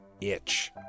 itch